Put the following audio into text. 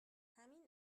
همین